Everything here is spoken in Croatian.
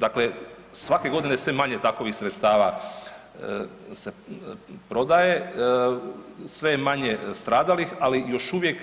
Dakle, svake godine sve manje takovih sredstava se prodaje, sve je manje stradalih, ali još uvijek